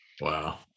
Wow